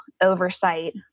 oversight